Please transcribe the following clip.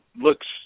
looks